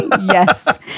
Yes